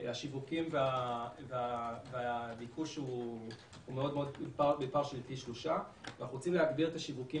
השווקים והביקוש הוא בפער של פי 3. אנחנו רוצים להגביר את השווקים